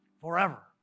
Forever